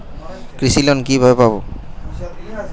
কৃষি লোন কিভাবে পাব?